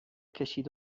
کشید